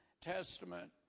testament